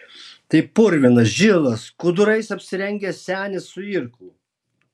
tai purvinas žilas skudurais apsirengęs senis su irklu